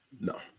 No